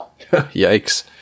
Yikes